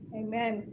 amen